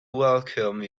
welcome